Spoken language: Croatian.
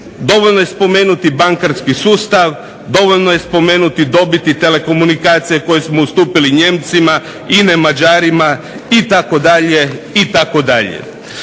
Dovoljno je spomenuti bankarski sustav, dovoljno je spomenuti dobiti telekomunikacije koje smo ustupili Nijemcima, INA-e Mađarima itd., itd.